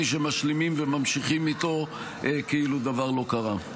שמשלימים וממשיכים איתו כאילו דבר לא קרה.